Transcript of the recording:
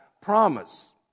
promise